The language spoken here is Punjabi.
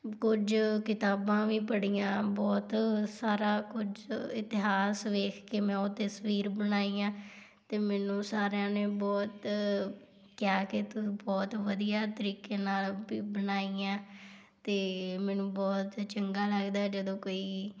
ਕੁਝ ਕਿਤਾਬਾਂ ਵੀ ਪੜ੍ਹੀਆਂ ਬਹੁਤ ਸਾਰਾ ਕੁਝ ਇਤਿਹਾਸ ਵੇਖ ਕੇ ਮੈਂ ਉਹ ਤਸਵੀਰ ਬਣਾਈ ਆ ਅਤੇ ਮੈਨੂੰ ਸਾਰਿਆਂ ਨੇ ਬਹੁਤ ਕਿਹਾ ਕਿ ਤੂੰ ਬਹੁਤ ਵਧੀਆ ਤਰੀਕੇ ਨਾਲ ਵੀ ਬਣਾਈ ਆ ਅਤੇ ਮੈਨੂੰ ਬਹੁਤ ਚੰਗਾ ਲੱਗਦਾ ਜਦੋਂ ਕੋਈ